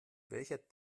welcher